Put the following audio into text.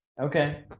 Okay